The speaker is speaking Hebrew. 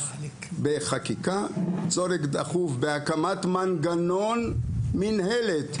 בחקיקה; צורך דחוף בהקמת מנגנון מינהלת.